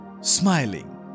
Smiling